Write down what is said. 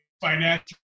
financial